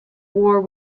war